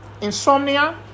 insomnia